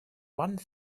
one